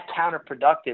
counterproductive